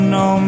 no